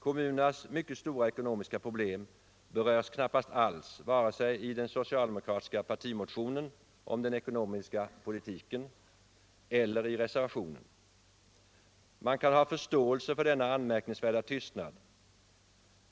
Kommunernas mycket stora ekonomiska problem berörs knappast alls vare sig i den socialdemokratiska partimotionen om den ekonomiska politiken eller i reservationen. Man kan ha förståelse för denna anmärkningsvärda tystnad.